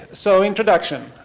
so introduction.